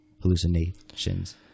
Hallucinations